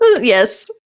yes